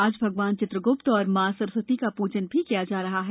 आज भगवान चित्रग्प्त और मां सरस्वती का प्जन किया जा रहा है